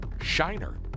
Shiner